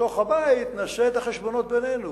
בתוך הבית נעשה את החשבונות בינינו,